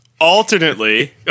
Alternately